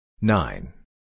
Nine